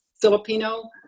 Filipino